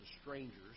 strangers